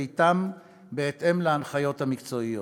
בהתאם להנחיות המקצועיות,